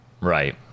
Right